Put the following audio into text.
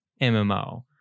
MMO